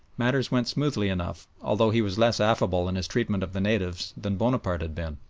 matters went smoothly enough, although he was less affable in his treatment of the natives than bonaparte had been.